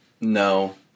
No